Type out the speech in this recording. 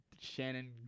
Shannon